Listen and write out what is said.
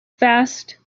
fast